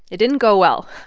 it didn't go well.